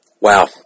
Wow